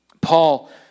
Paul